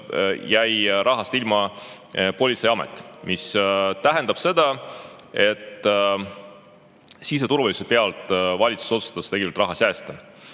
jäi rahast ilma politseiamet, mis tähendab seda, et ka siseturvalisuse pealt valitsus otsustas tegelikult raha säästa.